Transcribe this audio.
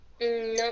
No